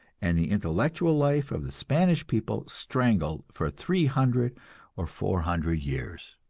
and the intellectual life of the spanish people strangled for three hundred or four hundred years.